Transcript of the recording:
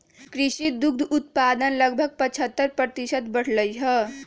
कृषि दुग्ध उत्पादन लगभग पचहत्तर प्रतिशत बढ़ लय है